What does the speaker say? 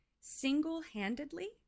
single-handedly